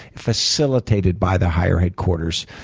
facilitated by the higher headquarters.